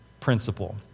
principle